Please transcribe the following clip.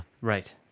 right